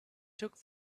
took